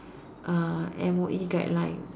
uh M_O_E guideline